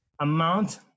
amount